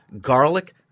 garlic